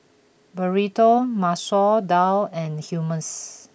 Burrito Masoor Dal and Hummus